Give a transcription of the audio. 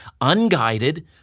unguided